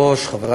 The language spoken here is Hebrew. והספורט.